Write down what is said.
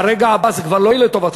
ברגע הבא זה כבר לא יהיה לטובתך.